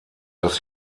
dass